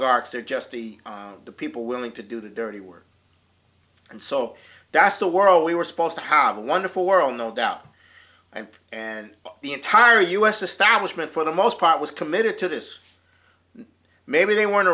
oligarchs they're just the people willing to do the dirty work and so that's the world we were supposed to have a wonderful world no doubt and the entire us establishment for the most part was committed to this maybe they weren't